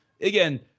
Again